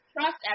trust